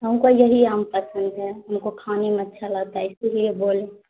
ہم کو یہی آم پسند ہے ہم کو کھانے میں اچھا لگتا ہے اسی لیے بولے